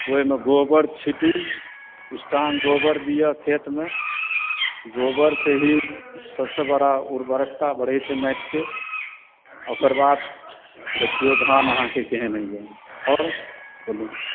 ओयमे गोबर छींटूँ पुष्टांग गोबर दिअ खेतमे गोबर से ही सभसे बड़ा उर्वरकता बढ़ै छै माटिके ओकर बाद देखियौ धान अहाँके केहन होइया आओर कोनो नहि